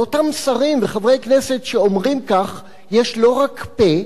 לאותם שרים וחברי כנסת שאומרים כך יש לא רק פה,